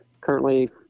currently